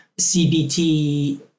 CBT